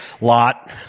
Lot